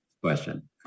Question